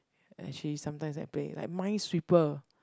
actually sometimes I play like Minesweeper